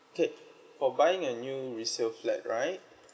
okay for buying a new resale flat right